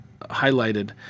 highlighted